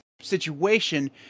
situation